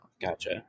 Gotcha